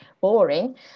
boring